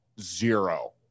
zero